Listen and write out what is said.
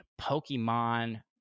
Pokemon